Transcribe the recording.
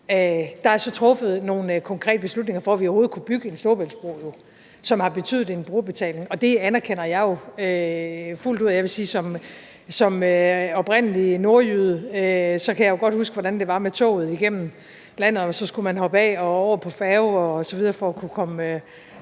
Der er så truffet nogle konkrete beslutninger, for at vi overhovedet kunne bygge en Storebæltsbro, som har betydet en brugerbetaling, og det anerkender jeg jo fuldt ud. Jeg vil sige, at som oprindelig nordjyde kan jeg jo godt huske, hvordan det var med toget igennem landet, og hvordan man skulle hoppe af og over på færge osv.